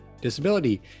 disability